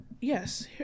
yes